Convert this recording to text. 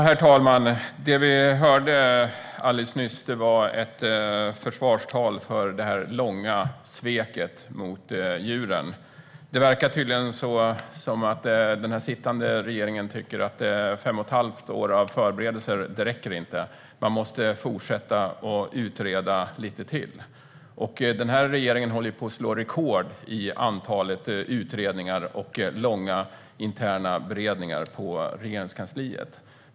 Herr talman! Det vi hörde alldeles nyss var ett försvarstal för det långvariga sveket mot djuren. Det verkar som att den här sittande regeringen tycker att fem och ett halvt år av förberedelser inte räcker. Man måste fortsätta att utreda lite till. Den här regeringen håller på att slå rekord i antalet utredningar och långa interna beredningar på Regeringskansliet.